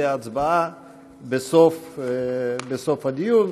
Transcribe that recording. ותהיה הצבעה בסוף הדיון.